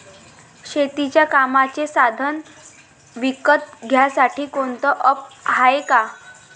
शेतीच्या कामाचे साधनं विकत घ्यासाठी कोनतं ॲप हाये का?